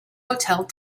hotel